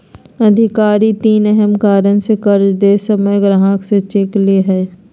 अधिकारी तीन अहम कारण से कर्ज दे समय ग्राहक से चेक ले हइ